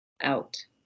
out